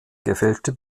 gefälschte